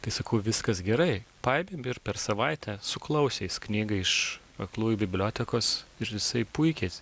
tai sakau viskas gerai paėmėm ir per savaitę jis suklausė knygą iš aklųjų bibliotekos ir visai puikiai